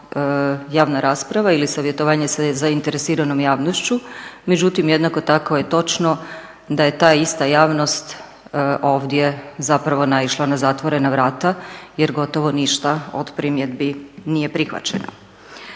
javna rasprava ili savjetovanje sa zainteresiranom javnošću, međutim jednako tako je točno da je ta ista javnost ovdje zapravo naišla na zatvorena vrata jer gotovo ništa od primjedbi nije prihvaćeno.